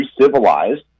civilized